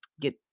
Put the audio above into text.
get